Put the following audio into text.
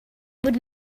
would